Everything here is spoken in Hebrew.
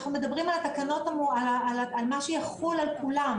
אנחנו מדברים על מה שיחול על כולם,